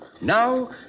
Now